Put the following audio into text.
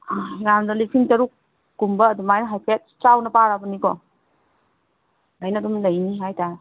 ꯌꯥꯝꯅ ꯂꯤꯁꯤꯡ ꯇꯔꯨꯛꯀꯨꯝꯕ ꯑꯗꯨꯃꯥꯏ ꯍꯥꯏꯐꯦꯠ ꯆꯥꯎꯅ ꯄꯥꯔꯕꯅꯤꯀꯣ ꯁꯨꯃꯥꯏꯅ ꯑꯗꯨꯝ ꯂꯩꯅꯤ ꯍꯥꯏꯇꯥꯔꯦ